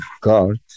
God